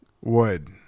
wood